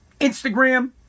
Instagram